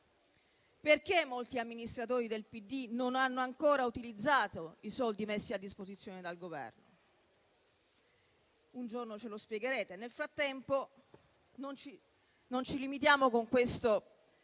Perché molti amministratori del PD non hanno ancora utilizzato i soldi messi a disposizione dal Governo? Un giorno ce lo spiegherete, nel frattempo non ci limitiamo, con questo